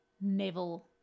Neville